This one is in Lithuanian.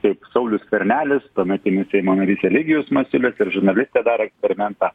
kaip saulius skvernelis tuometinis seimo narys eligijus masiulis ir žurnalistė darė eksperimentą